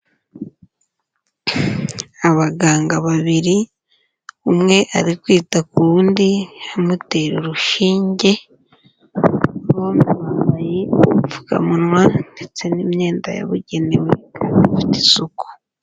Abaganga babiri, umwe ari kwita ku wundi amutera urushinge, bombi bambaye udupfukamunwa ndetse n'imyenda yabugenewe ifite isuku.